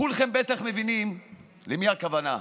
כולכם בטח מבינים למי הכוונה,